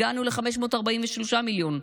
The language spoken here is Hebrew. הגענו ל-543 מיליון.